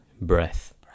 breath